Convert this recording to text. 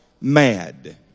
mad